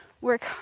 work